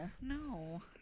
no